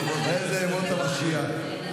אלו ימות המשיח.